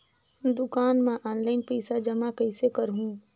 दुकान म ऑनलाइन पइसा जमा कइसे करहु?